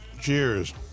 Cheers